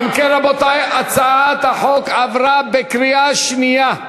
אם כן, רבותי, הצעת החוק עברה בקריאה שנייה.